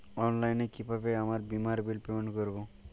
অনলাইনে কিভাবে আমার বীমার বিল পেমেন্ট করবো?